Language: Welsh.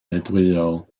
meudwyol